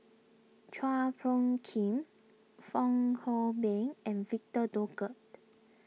Chua Phung Kim Fong Hoe Beng and Victor Doggett